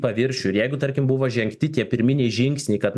paviršių ir jeigu tarkim buvo žengti tie pirminiai žingsniai kad